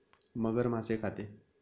मगर मासे खाते